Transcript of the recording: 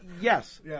yes